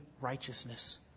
righteousness